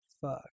fuck